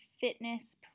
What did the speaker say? fitness